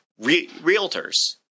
Realtors